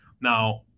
now